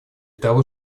того